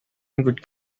hundred